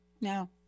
No